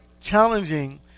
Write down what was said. challenging